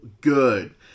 good